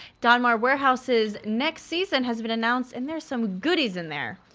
donmar warehouse's next season has been announced and there's some goodies in there.